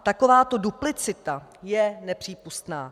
Takováto duplicita je nepřípustná.